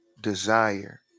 desire